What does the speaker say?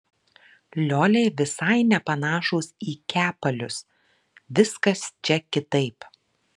lioliai visai nepanašūs į kepalius viskas čia kitaip